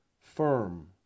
firm